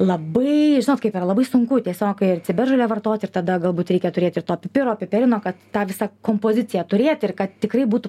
labai žinot kaip yra labai sunku tiesiog kai ir ciberžolę vartoti ir tada galbūt reikia turėt ir to pipiro piperino kad tą visą kompoziciją turėt ir kad tikrai būtų